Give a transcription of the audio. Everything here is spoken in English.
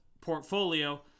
portfolio